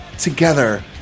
together